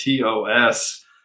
TOS